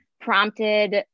prompted